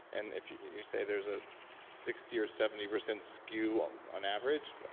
and if you you say there's a sixty or seventy percent skew on on average,